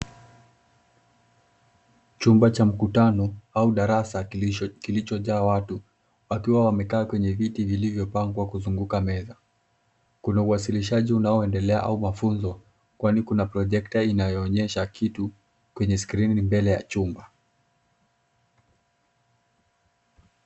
Chumba cha mkutano au darasa kilichojaa watu wakiwa wamekaa kwenye viti vilivyopangwa kuzunguka meza. Kuna uwasilishaji unaoendelea au mafunzo kwani kuna projekta inayoonyesha kitu kwenye skrini mbele ya chumba.